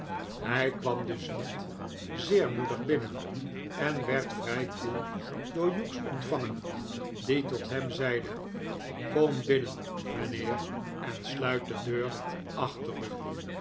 hy kwam dus niet zeer moedig binnen en werd vrij koel door hughes ontvangen die tot hem zeide kom binnen mijnheer en sluit de deur achter u